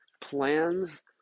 plans